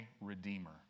redeemer